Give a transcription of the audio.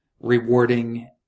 rewarding